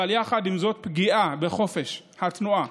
ויחד עם זאת, הפגיעה בחופש התנועה